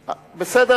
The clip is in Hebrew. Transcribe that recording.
בסדר,